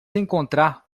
encontrar